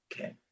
Okay